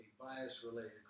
bias-related